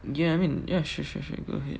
ya I mean ya sure sure sure you go ahead